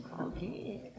Okay